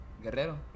Guerrero